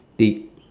tick